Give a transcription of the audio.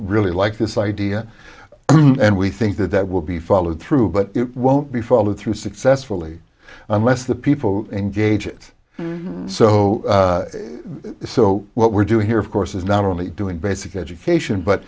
really like this idea and we think that that will be followed through but it won't be followed through successfully unless the people engage it so so what we're doing here of course is not only doing basic education but